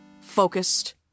focused